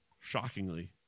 Shockingly